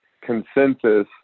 consensus